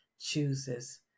chooses